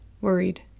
Worried